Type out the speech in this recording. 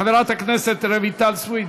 חברת הכנסת רויטל סויד,